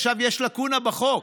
עכשיו, יש לקונה בחוק.